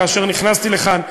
כאשר נכנסתי לכאן,